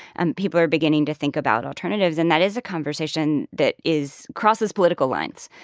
and people are beginning to think about alternatives. and that is a conversation that is crosses political lines.